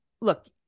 look